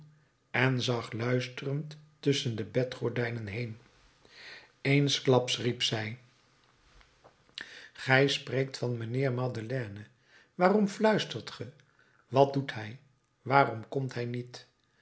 en zag luisterend tusschen de bedgordijnen heen eensklaps riep zij gij spreekt van mijnheer madeleine waarom fluistert ge wat doet hij waarom komt hij niet